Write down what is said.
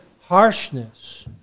harshness